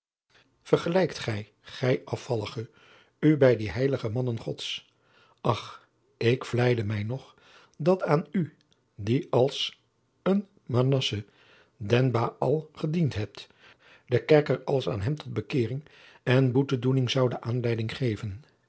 vergelijkt gij gij afvallige u bij die heilige mannen gods ach ik vleide mij nog dat aan u die als een manasse den baäl gediend hebt de kerker als aan hem tot bekeering en boetedoening zoude aanleiding geven